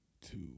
two